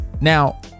Now